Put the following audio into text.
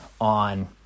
on